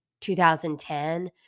2010